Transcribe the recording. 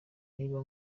niba